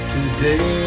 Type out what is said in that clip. Today